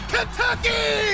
Kentucky